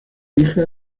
hija